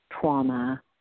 trauma